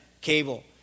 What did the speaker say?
cable